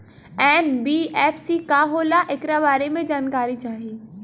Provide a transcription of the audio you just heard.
NBFC का होला ऐकरा बारे मे जानकारी चाही?